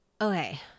okay